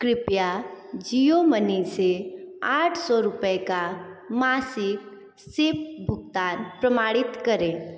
कृिपया Jio money से आठ सौ रुपये का मासिक सिप भुगतान प्रमाणित करें